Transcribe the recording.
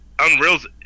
Unreal's